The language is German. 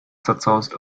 zerzaust